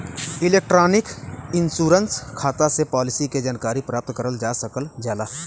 electronic insurance खाता से policy के जानकारी प्राप्त करल जा सकल जाला